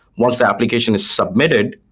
once the application is submitted,